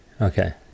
Okay